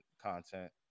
content